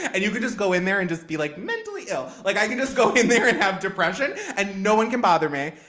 and you could just go in there and just be like mentally ill. like i could just go in there and have depression and no one can bother me.